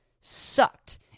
Sucked